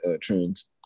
trends